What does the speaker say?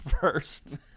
first